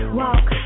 walk